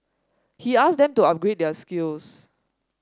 he asked them to upgrade their skills